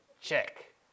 Check